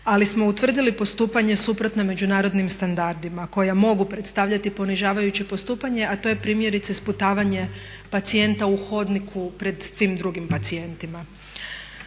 ali smo utvrdili postupanja suprotna međunarodnim standardima koja mogu predstavljati ponižavajuće postupanje, a to je primjerice sputavanje pacijenta u hodniku pred tim drugim pacijentima.